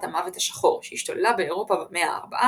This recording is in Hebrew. המוות השחור שהשתוללה באירופה במאה ה-14,